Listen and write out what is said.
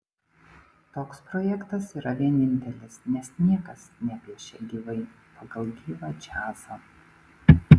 toks projektas yra vienintelis nes niekas nepiešia gyvai pagal gyvą džiazą